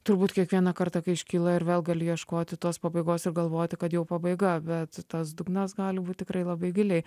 turbūt kiekvieną kartą kai iškyla ir vėl gali ieškoti tos pabaigos ir galvoti kad jau pabaiga bet tas dugnas gali būt tikrai labai giliai